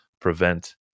prevent